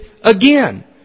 again